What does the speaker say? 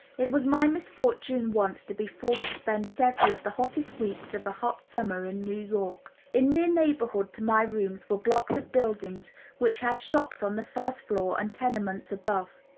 it was my misfortune once to be forced to spend several of the hottest weeks of a hot summer in new york. in near neighborhood to my rooms were blocks of buildings which had shops on the first floor and tenements above.